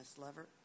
lover